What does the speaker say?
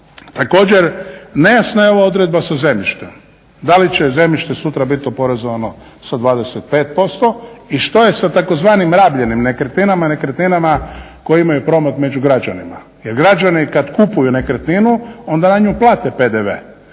Također nejasna je ova odredba sa zemljištem, da li će zemljište sutra biti oporezovano sa 25% i što je sa tzv. rabljenim nekretninama i nekretninama koje imaju … među građanima. Jer građani kad kupuju nekretninu onda na nju plate PDV,